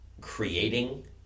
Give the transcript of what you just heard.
creating